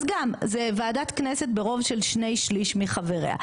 אז גם זה ועדת כנסת ברוב של שני שליש מחבריה,